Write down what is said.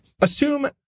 assume